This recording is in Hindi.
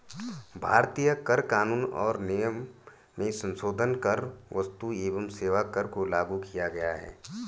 भारतीय कर कानून और नियम में संसोधन कर क्स्तु एवं सेवा कर को लागू किया गया है